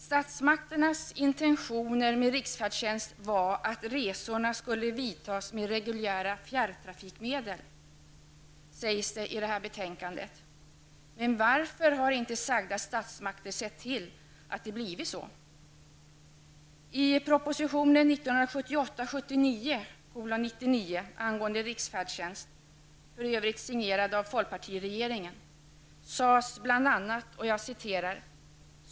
Statsmakternas intentioner med riksfärdtjänst var att resorna skulle vidtas med reguljära fjärrtrafikmedel, sägs det i detta betänkande. Men varför har inte sagda statsmakter sett till att det har blivit så?